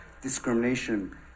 discrimination